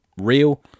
real